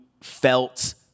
felt